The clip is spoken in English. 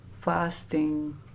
fasting